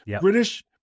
British